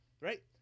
right